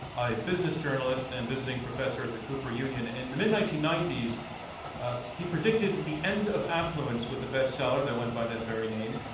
a business journalist and visiting professor at the cooper union, in the mid nineteen ninety s ah he predicted the end of affluence with a bestseller that went by that very name.